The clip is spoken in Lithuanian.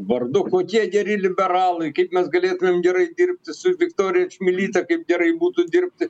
vardu kokie geri liberalai kaip mes galėtumėm gerai dirbti su viktorija čmilyte kaip gerai būtų dirbti